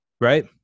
right